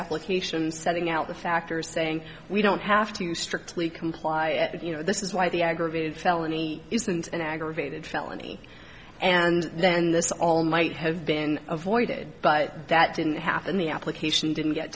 application setting out the factors saying we don't have to strictly comply you know this is why the aggravated felony isn't an aggravated felony and then this all might have been avoided but that didn't happen the application didn't get